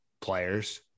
players